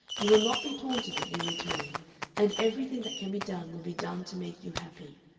you will not be taunted if you return and everything that can be done will be done to make you happy.